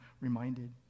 reminded